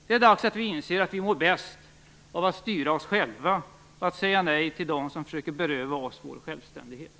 Det är dags att vi inser att vi mår bäst av att styra oss själva och av att säga nej till dem som försöker beröva oss vår självständighet.